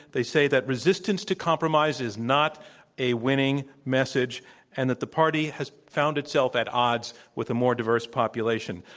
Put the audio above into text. they say that resistance to compromise is not a winning message and that the party has found itself at odds with the more diverse population.